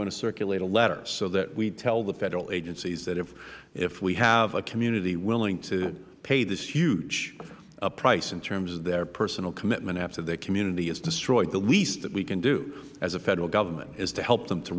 going to circulate a letter so that we tell the federal agencies that if we have a community willing to pay this huge price in terms of their personal commitment after the community is destroyed the least that we can do as a federal government is to help them to